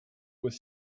was